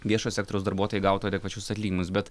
viešo sektoriaus darbuotojai gautų adekvačius atlyginimus bet